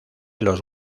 los